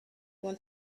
want